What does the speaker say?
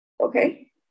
Okay